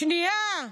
שנייה,